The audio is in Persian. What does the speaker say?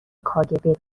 kgb